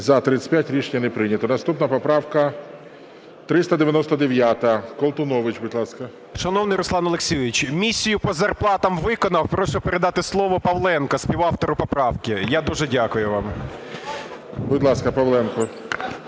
За-35 Рішення не прийнято. Наступна поправка 399. Колтунович, будь ласка. 13:41:59 КОЛТУНОВИЧ О.С. Шановний Руслан Олексійович, місію по зарплатах виконав. Прошу передати слово Павленку, співавтору поправки. Я дуже дякую вам. ГОЛОВУЮЧИЙ. Будь ласка, Павленко.